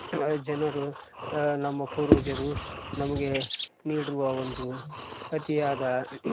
ಜನರು ನಮ್ಮ ಪೂರ್ವಜರು ನಮಗೆ ನೀಡಿರುವ ಒಂದು ಅತಿಯಾದ